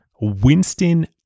Winston